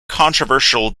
controversial